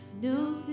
No